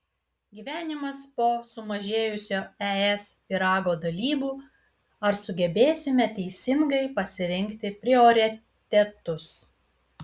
gyvenimas po sumažėjusio es pyrago dalybų ar sugebėsime teisingai pasirinkti prioritetus